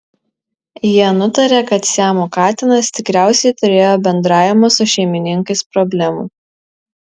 jie nutarė kad siamo katinas tikriausiai turėjo bendravimo su šeimininkais problemų